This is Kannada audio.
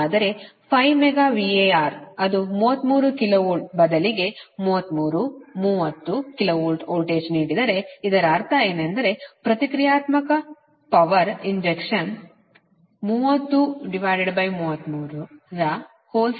ಹಾಗಾದರೆ 5 ಮೆಗಾ VAR ಅದು 33 KV ಬದಲಿಗೆ 33 30 KV ವೋಲ್ಟೇಜ್ ನೀಡಿದರೆ ಇದರ ಅರ್ಥ ಏನೆಂದರೆ ಪ್ರತಿಕ್ರಿಯಾತ್ಮಕ ಪವರ್ ಇಂಜೆಕ್ಷನ್ 303325 ಮೆಗಾವ್ಯಾಟ್ ಆಗಿರುತ್ತದೆ